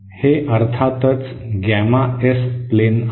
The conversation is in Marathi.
हे अर्थातच गॅमा एस प्लेन आहे